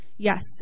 Yes